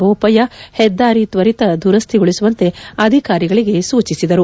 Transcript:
ಬೋಪಯ್ಯ ಹೆದ್ದಾರಿ ತ್ವರಿತ ದುರಸ್ಲಿಗೊಳಿಸುವಂತೆ ಅಧಿಕಾರಿಗಳಿಗೆ ಸೂಚಿಸಿದರು